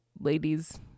ladies